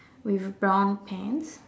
with brown pants